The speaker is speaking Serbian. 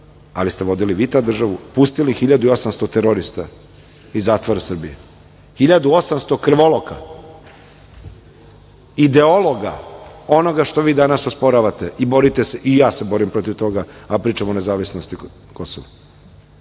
ali ste vodili vi tad državu, pustili 1800 terorista iz zatvora Srbije, 1800 krvoloka, ideologa onoga što vi danas osporavate i borite se, i ja se borim protiv toga, a pričam o nezavisnosti Kosova.